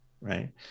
right